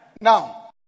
Now